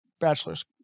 bachelor's